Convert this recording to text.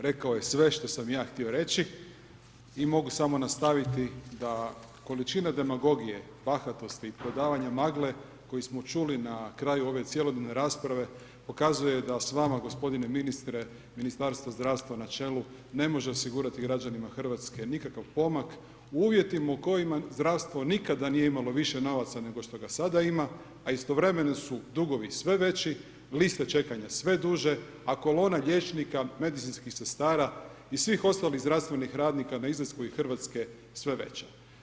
Rekao je sve što sam ja htio reći i mogu samo nastaviti da količina demagogije, bahatosti i prodavanja magle koji smo čuli na kraju ove cjelodnevne rasprave pokazuje da s vama gospodine ministre Ministarstvo zdravstva na čelu ne može osigurati građanima Hrvatske nikakav pomak u uvjetima u kojima zdravstvo nikada nije imalo novaca nego što ga sada ima, a istovremeno su dugovi sve veći, liste čekanja sve duže, a kolona liječnika, medicinskih sestara i svih ostalih zdravstvenih radnika na izlasku iz Hrvatske je sve veća.